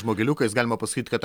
žmogeliukais galima pasakyt kad